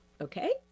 okay